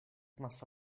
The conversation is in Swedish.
massa